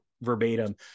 verbatim